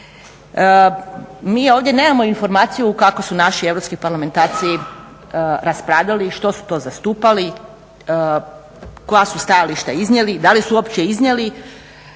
Mi ovdje nemamo informaciju u kakvo su naši europski parlamentarci raspravljali i što su to zastupali, koja su stajališta iznijeli, da li su uopće iznijeli.